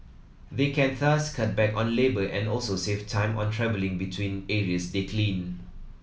they can thus cut back on labour and also save time on travelling between areas they clean